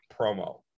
promo